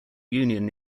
union